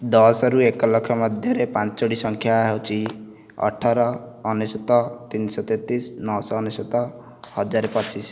ଦଶ ରୁ ଏକ ଲକ୍ଷ ମଧ୍ୟରେ ପାଞ୍ଚଟି ସଂଖ୍ୟା ହେଉଛି ଅଠର ଅନେଶ୍ୱତ ତିନି ଶହ ତେତିଶ ନଅ ଶହ ଅନେଶ୍ୱତ ହଜାର ପଚିଶ